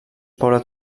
poble